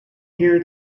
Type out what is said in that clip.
here